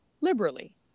liberally